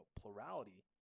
plurality